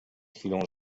chwilą